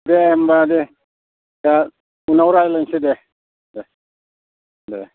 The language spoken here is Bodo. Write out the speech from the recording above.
दे होमब्ला दे दा उनाव रायज्लायनोसै दे दे दे